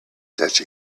such